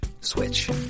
switch